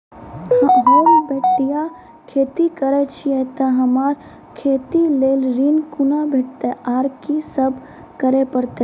होम बटैया खेती करै छियै तऽ हमरा खेती लेल ऋण कुना भेंटते, आर कि सब करें परतै?